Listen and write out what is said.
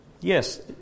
Yes